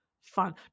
fun